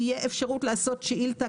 תהיה אפשרות לעשות שאילתה,